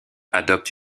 adopte